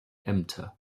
ämter